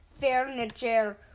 Furniture